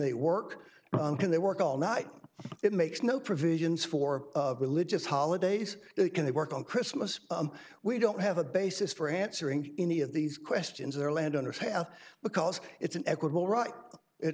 they work can they work all night it makes no provisions for religious holidays can they work on christmas we don't have a basis for answering any of these questions are landowners have because it's an equitable right